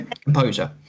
Composure